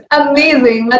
amazing